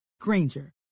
granger